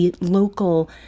local